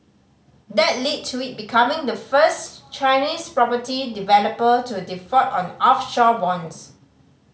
that lead to it becoming the first Chinese property developer to default on offshore bonds